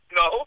no